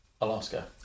Alaska